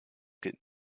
gilt